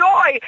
Joy